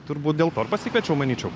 turbūt dėl to ir pasikviečiau manyčiau